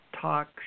Talk